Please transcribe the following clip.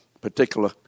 particular